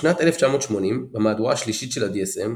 בשנת 1980 במהדורה השלישית של ה-DSM,